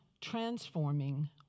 transforming